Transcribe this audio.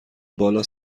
بالا